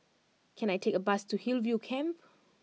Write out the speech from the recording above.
can I take a bus to Hillview Camp